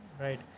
right